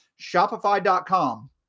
Shopify.com